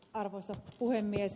arvoisa puhemies